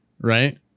right